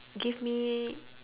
give me